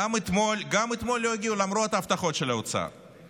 גם אתמול לא הגיעו, למרות ההבטחות של האוצר.